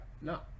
No